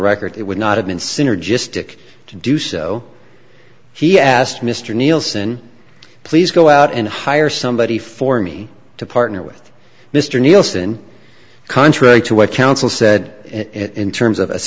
record it would not have been synergistic to do so he asked mr nielsen please go out and hire somebody for me to partner with mr neilson contrary to what counsel said in terms of